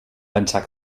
pensar